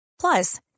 Plus